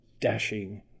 dashing